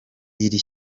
iri